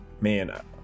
man